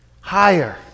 higher